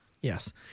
Yes